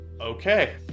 Okay